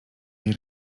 jej